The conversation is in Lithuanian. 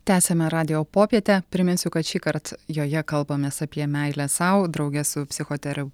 tęsiame radijo popietę priminsiu kad šįkart joje kalbamės apie meilę sau drauge su psichotera